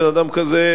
בן-אדם כזה,